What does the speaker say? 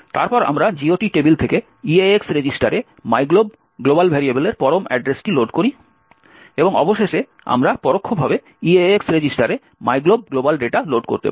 তারপর আমরা GOT table থেকে EAX রেজিস্টারে মাইগ্লোব গ্লোবাল ভেরিয়েবলের পরম অ্যাড্রেসটি লোড করি এবং অবশেষে আমরা পরোক্ষভাবে EAX রেজিস্টারে মাইগ্লোব গ্লোবাল ডেটা লোড করতে পারি